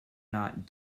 not